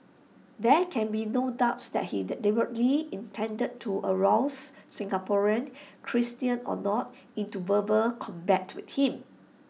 there can be no doubt that he deliberately intended to arouse Singaporeans Christians or not into verbal combat with him